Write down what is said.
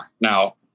Now